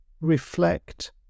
reflect